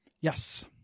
Yes